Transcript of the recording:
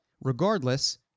regardless